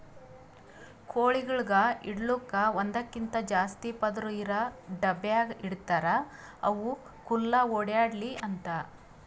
ಕೋಳಿಗೊಳಿಗ್ ಇಡಲುಕ್ ಒಂದಕ್ಕಿಂತ ಜಾಸ್ತಿ ಪದುರ್ ಇರಾ ಡಬ್ಯಾಗ್ ಇಡ್ತಾರ್ ಅವು ಖುಲ್ಲಾ ಓಡ್ಯಾಡ್ಲಿ ಅಂತ